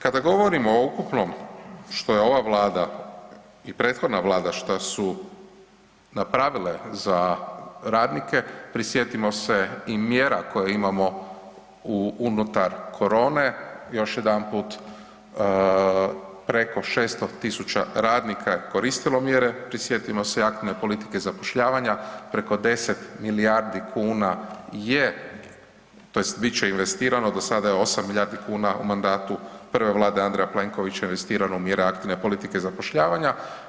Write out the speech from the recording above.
Kada govorimo o ukupnom što je ova vlada i prethodna vlada šta su napravile za radnike, prisjetimo se i mjera koje imamo unutar korone, još jedanput preko 600 000 radnika je koristilo mjere, prisjetimo se i aktivne politike zapošljavanja, preko 10 milijardi kuna je tj. bit će investirano, do sada je 8 milijardi kuna u mandatu prve vlade Andreja Plenkovića investirano u mjere aktivne politike zapošljavanja.